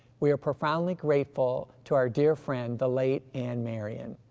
we are profoundly grateful to our dear friend, the late anne marion.